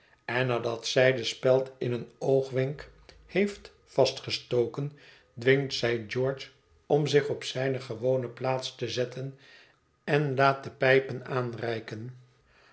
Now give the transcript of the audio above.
en nadat zij de speld in een oogwenk heeft vastgestoken dwingt zij george om zich op zijne gewone plaats te zetten en laat de pijpen aanreiken